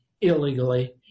illegally